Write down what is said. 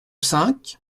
cinq